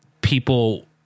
people